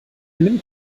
nimmt